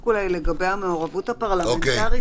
רק לגבי המעורבות הפרלמנטרית,